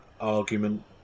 argument